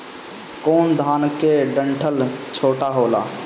कौन धान के डंठल छोटा होला?